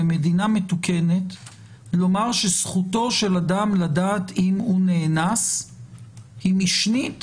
במדינה מתוקנת לומר שזכותו של אדם לדעת אם הוא נאנס היא משנית